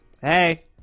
Hey